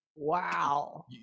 wow